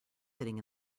sitting